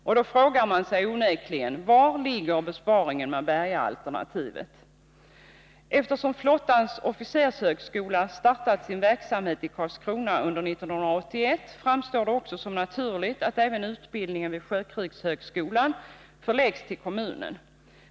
Man frågar sig onekligen: Var ligger besparingen med Bergaalternativet? Eftersom flottans officershögskola har startat sin verksamhet i Karlskrona under 1981 framstår det också som naturligt att även utbildningen vid sjökrigshögskolan förläggs till kommunen.